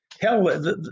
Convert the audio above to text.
Hell